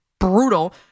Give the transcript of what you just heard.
Brutal